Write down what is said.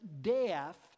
deaf